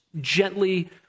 gently